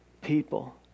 people